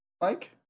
Mike